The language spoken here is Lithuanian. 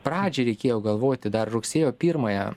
pradžiai reikėjo galvoti dar rugsėjo pirmąją